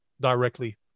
directly